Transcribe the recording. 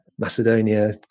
macedonia